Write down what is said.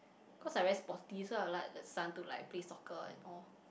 cause I very sporty so I would like the son to like play soccer and all